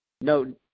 No